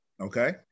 okay